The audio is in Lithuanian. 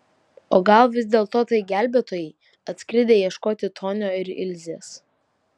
o gal vis dėlto tai gelbėtojai atskridę ieškoti tonio ir ilzės